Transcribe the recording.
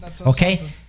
Okay